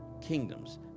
kingdoms